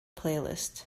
playlist